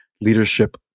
Leadership